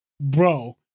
Bro